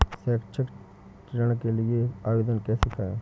शैक्षिक ऋण के लिए आवेदन कैसे करें?